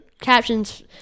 captions